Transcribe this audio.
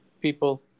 people